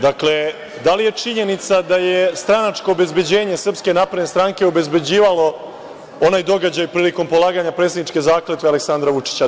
Dakle, da li je činjenica da je stranačko obezbeđenje SNS obezbeđivalo onaj događaj prilikom polaganja predsedničke zakletve Aleksandra Vučića?